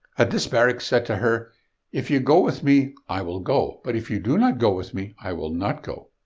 ah this barak said to her if you go with me, i will go, but if you do not go with me, i will not go.